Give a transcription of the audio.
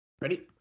Ready